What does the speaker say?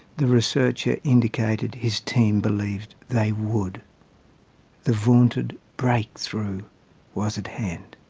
the researcher indicated his team believed they would the vaunted breakthrough was at hand.